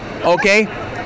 Okay